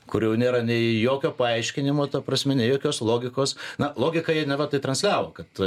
kur jau nėra nei jokio paaiškinimo ta prasme nei jokios logikos na logika jie neva tai transliavo kad